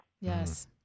Yes